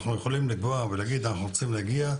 אנחנו יכולים לקבוע יעדים אליהם אנחנו רוצים להגיע,